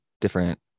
different